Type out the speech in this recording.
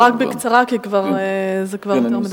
יישר כוח, כן, אבל רק בקצרה, כי זה כבר יותר מדי.